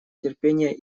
терпения